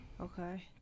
Okay